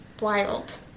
wild